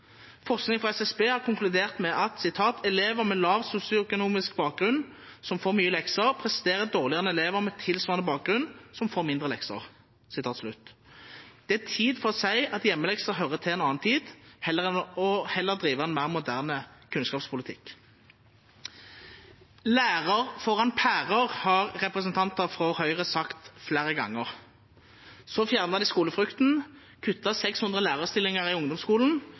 Forskning fra SSB har konkludert med følgende: «Elever med lav sosioøkonomisk bakgrunn som får mye lekser, presterer dårligere enn elever med tilsvarende bakgrunn som får mindre lekser.» Det er tid for å si at hjemmelekser hører til en annen tid, og heller drive en mer moderne kunnskapspolitikk. «Lærer foran pærer» har representanter for Høyre sagt flere ganger. Så fjernet de skolefrukten, kuttet 600 lærerstillinger i ungdomsskolen